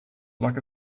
like